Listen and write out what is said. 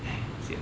!hais! sian